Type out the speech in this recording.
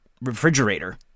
refrigerator